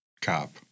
cop